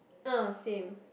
uh same